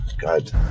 god